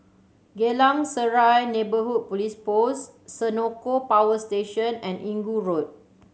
Geylang Serai Neighbourhood Police Post Senoko Power Station and Inggu Road